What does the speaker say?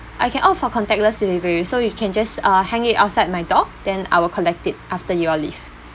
I can opt for contactless delivery so you can just uh hang it outside my door then I'll collect it after you all leave